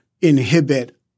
inhibit